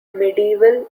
medieval